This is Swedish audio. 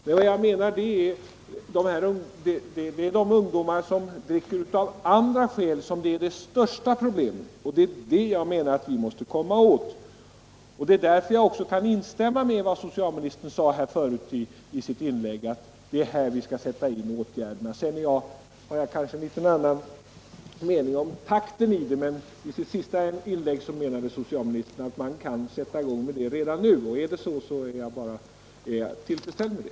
Men det är ungdomar som dricker av andra skäl som utgör det största problemet. Det är det jag menar att vi måste komma åt. Det är därför jag också kan instämma i vad socialministern förut sade, nämligen att det är här vi skall sätta in åtgärderna. Jag har kanske en annan mening om takten än vad socialministern har haft, men i sitt senaste inlägg menade han att man kan sätta i gång redan nu. Om det är så är jag tillfredsställd med det.